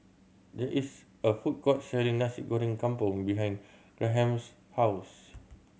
there is a food court selling Nasi Goreng Kampung behind Graham's house